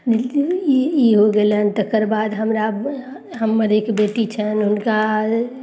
ई ई होइ गेलनि तकर बाद हमरा हमर एक बेटी छनि हुनका